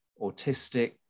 autistic